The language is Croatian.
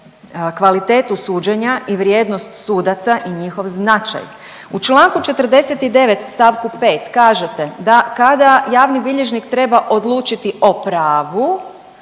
kvalitetu suđenja i vrijednost sudaca i njihov značaj. U čl. 49. st. 5. kažete da kada javni bilježnik treba odlučiti o pravu